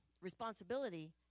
responsibility